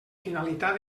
finalitat